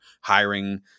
hiring